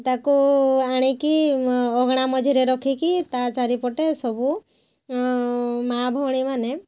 ତାକୁ ଆଣିକି ଅଗଣା ମଝିରେ ରଖିକି ତା ଚାରିପଟେ ସବୁ ମାଁ ଭଉଣୀମାନେ